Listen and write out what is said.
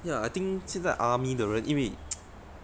ya I think 现在 army 的人因为